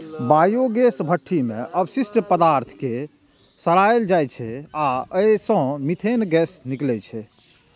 biogas भट्ठी मे अवशिष्ट पदार्थ कें सड़ाएल जाइ छै आ अय सं मीथेन गैस निकलै छै